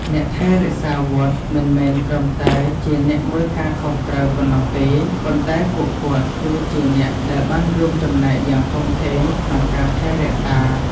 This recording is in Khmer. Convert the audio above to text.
អ្នកថែរក្សាវត្តមិនមែនត្រឹមតែជាអ្នកមើលការខុសត្រូវប៉ុណ្ណោះទេ ប៉ុន្តែពួកគាត់គឺជាអ្នកដែលបានរួមចំណែកយ៉ាងធំធេងក្នុងការថែរក្សា។